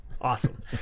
awesome